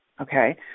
okay